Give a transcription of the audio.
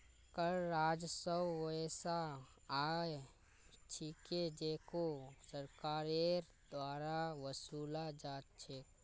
कर राजस्व वैसा आय छिके जेको सरकारेर द्वारा वसूला जा छेक